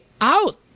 out